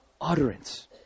utterance